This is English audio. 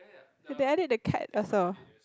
they edit the cat also